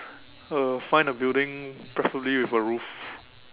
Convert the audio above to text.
uh find a building preferably with a roof